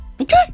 Okay